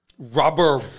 Rubber